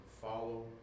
follow